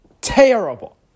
terrible